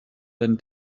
than